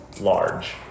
Large